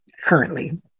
currently